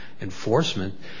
enforcement